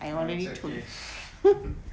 no it's okay